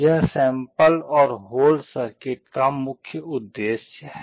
यह सैंपल और hold circuit का मुख्य उद्देश्य है